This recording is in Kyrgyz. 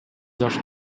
жаш